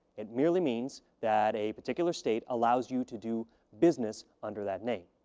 it merely means that a particular state allows you to do business under that name.